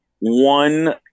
one